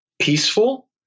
peaceful